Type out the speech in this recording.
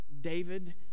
David